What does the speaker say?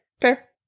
Fair